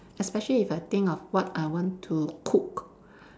especially if I think of what I want to cook